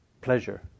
pleasure